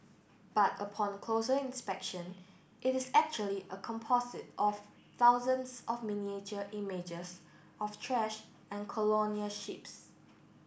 but upon closer inspection it is actually a composite of thousands of miniature images of trash and colonial ships